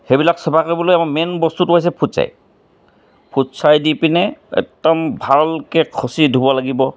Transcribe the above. সেইবিলাক চাফা কৰিবলৈ আমাৰ মেইন বস্তুটো হৈছে ফুটছাই ফুটছাই দি পিনে একদম ভালকৈ খচি ধুব লাগিব